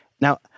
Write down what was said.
Now